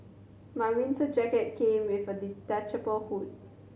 my winter jacket came with a detachable hood